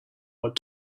what